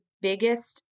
biggest